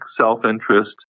self-interest